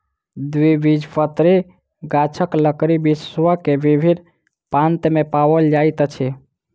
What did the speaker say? द्विबीजपत्री गाछक लकड़ी विश्व के विभिन्न प्रान्त में पाओल जाइत अछि